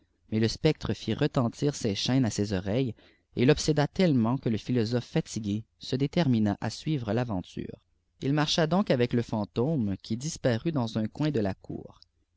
mais le sceptre t retentir ses chaînes à ses oreilles et l'obséda tellement que le philosophe fatigué se détermina à suivre taventure il marcha donc avec le fantôme qui diarut dans un coin de là cour